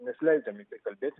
nesileisdami į tai kalbėti